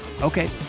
Okay